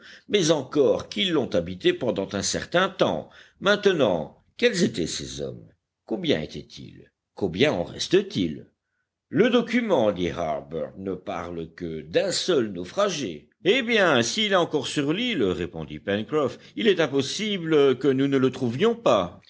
mais encore qu'ils l'ont habité pendant un certain temps maintenant quels étaient ces hommes combien étaient-ils combien en reste-t-il le document dit harbert ne parle que d'un seul naufragé eh bien s'il est encore sur l'île répondit pencroff il est impossible que nous ne le trouvions pas